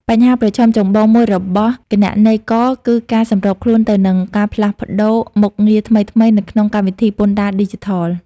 បញ្ហាប្រឈមចម្បងមួយរបស់គណនេយ្យករគឺការសម្របខ្លួនទៅនឹងការផ្លាស់ប្តូរមុខងារថ្មីៗនៅក្នុងកម្មវិធីពន្ធដារឌីជីថល។